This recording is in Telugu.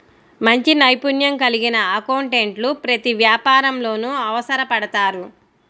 మంచి నైపుణ్యం కలిగిన అకౌంటెంట్లు ప్రతి వ్యాపారంలోనూ అవసరపడతారు